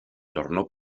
tornó